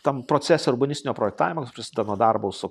tam procese urbanistinio projektavimo kuris prisideda nuo darbo su